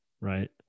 right